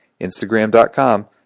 instagram.com